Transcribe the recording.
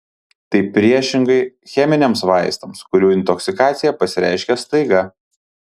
tai priešingai cheminiams vaistams kurių intoksikacija pasireiškia staiga